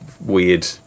weird